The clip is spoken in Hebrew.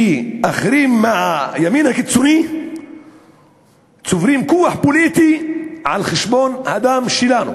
ואחרים מהימין הקיצוני צוברים כוח פוליטי על חשבון הדם שלנו.